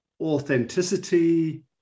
authenticity